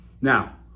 Now